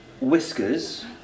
whiskers